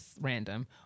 random